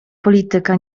polityka